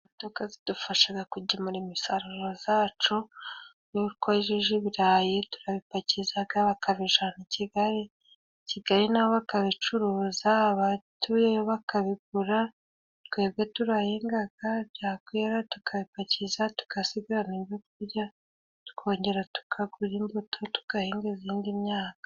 Imodoka zidufashaga kugemura imisaruro zacu, iyo twejeje ibirayi turabipakizaga bakabijana i kigali, i kigali na bo bakabicuruza. Abatuyeyo bakabigura, twebwe turahingaga byakwera tukabipakiza, tugasigarana ibyo kurya. Tukongera tukagura imbuto tugahinga izindi myaka.